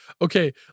okay